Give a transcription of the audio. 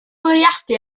bwriadu